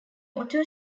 auto